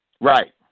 Right